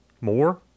more